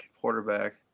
quarterback